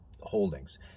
holdings